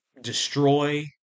destroy